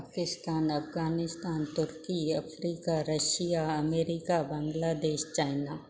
Pakistan Afghanistan turkey Africa Russia America Bangladesh China